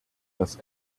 das